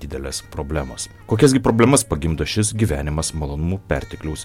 didelės problemos kokias gi problemas pagimdo šis gyvenimas malonumų pertekliaus